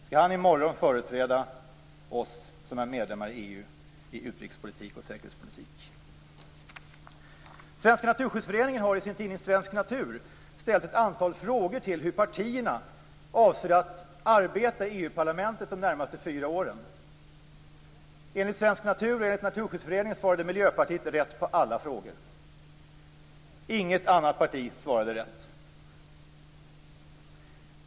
Skall han i morgon företräda oss som är medlemmar i EU i utrikes och säkerhetspolitik? Svenska Naturskyddsföreningen har i sin tidning Svensk Natur ställt ett antal frågor om hur partierna avser att arbeta i EU-parlamentet under de närmaste fyra åren. Enligt Naturskyddsföreningen svarade Miljöpartiet rätt på alla frågor. Inget annat parti svarade rätt.